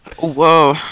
Whoa